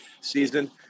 season